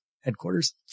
headquarters